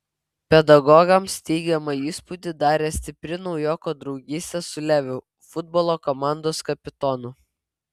pedagogams teigiamą įspūdį darė stipri naujoko draugystė su leviu futbolo komandos kapitonu